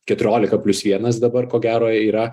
keturiolika plius vienas dabar ko gero yra